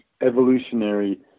evolutionary